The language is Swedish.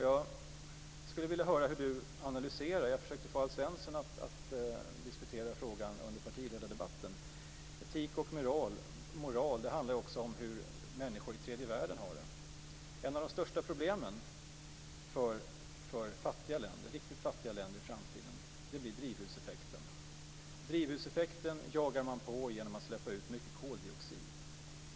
Jag skulle vilja höra hur Holger Gustafsson analyserar det. Jag försökte få Alf Svensson att diskutera frågan under partiledardebatten. Etik och moral handlar ju också om hur människor i tredje världen har det. Ett av de största problemen för riktigt fattiga länder i framtiden blir drivhuseffekten. Man jagar på drivhuseffekten genom att släppa ut mycket koldioxid.